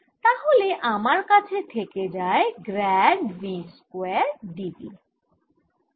তাহলে আমার কাছে থেকে যায় গ্র্যাড v স্কয়ারd v